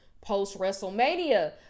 post-WrestleMania